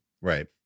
Right